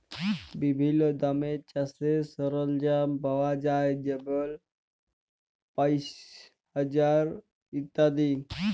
বিভিল্ল্য দামে চাষের সরল্জাম পাউয়া যায় যেমল পাঁশশ, হাজার ইত্যাদি